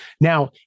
Now